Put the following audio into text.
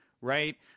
right